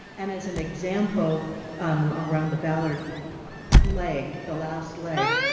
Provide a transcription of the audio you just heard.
and as an example around the ballard leg, the last leg,